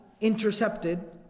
intercepted